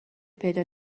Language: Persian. پیدا